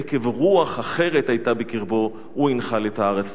עקב רוח אחרת היתה בקרבו הוא ינחל את הארץ.